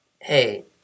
Hey